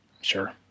Sure